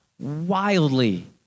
wildly